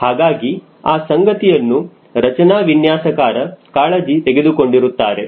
ಹಾಗಾಗಿ ಆ ಸಂಗತಿಯನ್ನು ರಚನಾ ವಿನ್ಯಾಸಕಾರ ಕಾಳಜಿ ತೆಗೆದುಕೊಂಡಿರುತ್ತಾರೆ